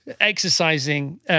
exercising